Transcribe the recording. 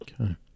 Okay